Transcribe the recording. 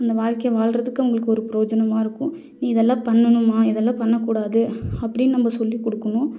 அந்த வாழ்க்கைய வாழ்றதுக்கு அவங்களுக்கு ஒரு ப்ரோஜனமாக இருக்கும் நீ இதெல்லாம் பண்ணணும்மா இதெல்லாம் பண்ணக் கூடாது அப்படின் நம்ம சொல்லி கொடுக்குணும்